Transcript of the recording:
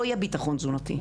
לא יהיה ביטחון תזונתי.